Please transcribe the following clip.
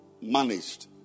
managed